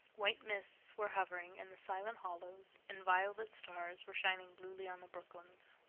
white mists were hovering in the silent hollows and violet stars were shining bluely on the brooklands.